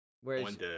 whereas